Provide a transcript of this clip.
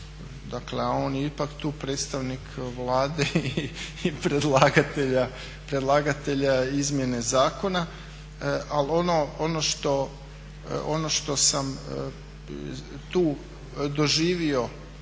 Dakle a on je ipak tu predstavnik Vlade i predlagatelja izmjene zakona. Ali ono što sam tu doživio